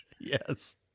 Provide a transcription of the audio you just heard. Yes